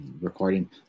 recording